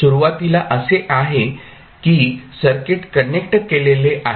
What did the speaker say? सुरुवातीला असे आहे की सर्किट कनेक्ट केलेले आहे